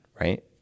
right